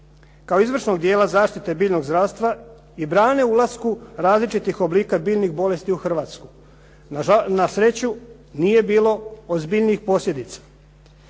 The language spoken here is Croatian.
kao izvršnog dijela zaštite biljnog zdravstva i brane ulasku različitih oblika biljnih bolesti u Hrvatsku. Na sreću nije bilo ozbiljnijih posljedica.